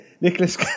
Nicholas